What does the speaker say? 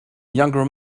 younger